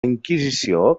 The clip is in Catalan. inquisició